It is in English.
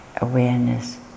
awareness